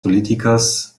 politikers